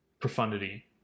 Profundity